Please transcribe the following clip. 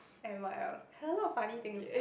and what else there are a lot of funny things ah